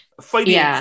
fighting